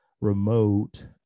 remote